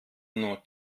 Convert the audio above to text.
nur